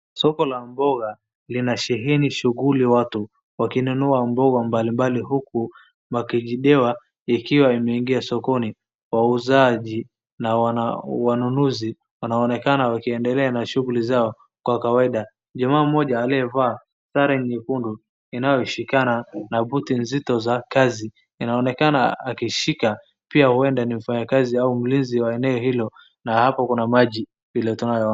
Soko la mboga lina sheheni shughuli watu, wakinunua mboga mbalimbali huku, makejiliwa ikiwa imeingia sokoni. Wauzaji na wana wanunuzi wanaonekana wakiendelea na shughuli zao kwa kawaida. Jamaa mmoja aliyevaa sare nyekundu, inayoshikana na buti nzito za kazi, inaonekana akishika, pia huenda ni mfanyikazi au mlinzi wa eneo hilo, na hapa kuna maji vile tunavyoona.